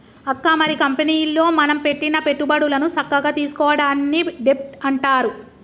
అక్క మరి కంపెనీలో మనం పెట్టిన పెట్టుబడులను సక్కగా తీసుకోవడాన్ని డెబ్ట్ అంటారు